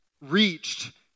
reached